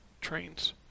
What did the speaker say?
trains